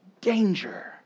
danger